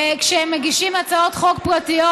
כשהם מגישים הצעות חוק פרטיות,